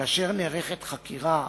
כאשר נערכת חקירה,